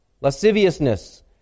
lasciviousness